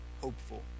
hopeful